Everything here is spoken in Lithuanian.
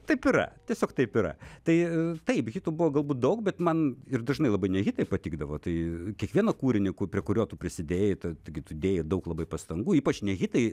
taip yra tiesiog taip yra tai taip hitų buvo galbūt daug bet man ir dažnai labai ne hitai patikdavo tai kiekvieną kūrinį ku prie kurio tu prisidėjai ta gi tu dėjai daug labai pastangų ypač ne hitai